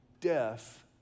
death